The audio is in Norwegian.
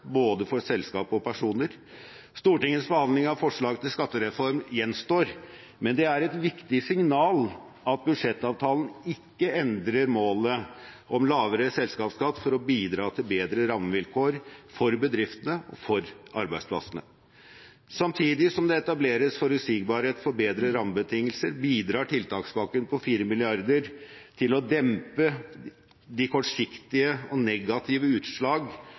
både for selskap og personer. Stortingets behandling av forslag til skattereform gjenstår, men det er et viktig signal at budsjettavtalen ikke endrer målet om lavere selskapsskatt for å bidra til bedre rammevilkår for bedriftene og arbeidsplassene. Samtidig som det etableres forutsigbarhet for bedre rammebetingelser, bidrar tiltakspakken på 4 mrd. kr til å dempe de kortsiktige og negative utslag